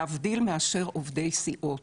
להבדיל מעובדי סיעות